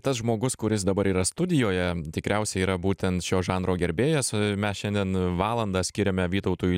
tas žmogus kuris dabar yra studijoje tikriausiai yra būtent šio žanro gerbėjas mes šiandien valandą skiriame vytautui